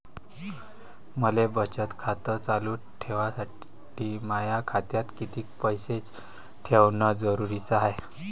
मले बचत खातं चालू ठेवासाठी माया खात्यात कितीक पैसे ठेवण जरुरीच हाय?